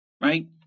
Right